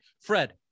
Fred